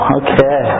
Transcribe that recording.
okay